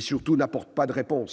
sans apporter de véritable